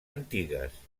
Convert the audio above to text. antigues